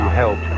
help